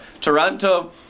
Toronto